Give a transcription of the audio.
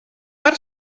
per